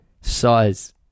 size